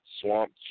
Swamp